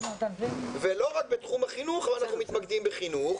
ולא רק בתחום החינוך אבל אנחנו מתמקדים בחינוך?